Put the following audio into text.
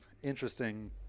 Interesting